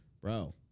bro